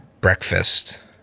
breakfast